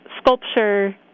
sculpture